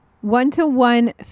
one-to-one